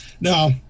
Now